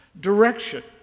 direction